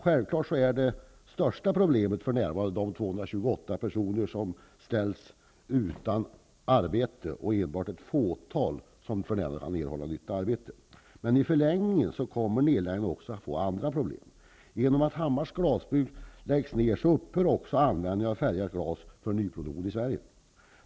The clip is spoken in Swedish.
Självklart är det största problemet just nu de 228 personer som ställs utan arbete. Endast ett fåtal av dem kan för närvarande få ett nytt arbete. Men i förlängningen kommer nedläggningen också att medföra andra problem. I och med att Hammars glasbruk läggs ned upphör användningen av färgat glas för nyproduktion i Sverige.